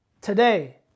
Today